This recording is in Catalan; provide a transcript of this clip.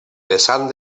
vessant